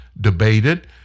debated